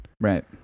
Right